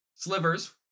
Slivers